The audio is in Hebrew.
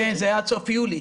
כן, זה היה עד סוף יולי.